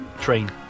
Train